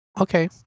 Okay